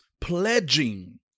pledging